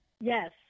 Yes